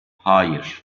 hayır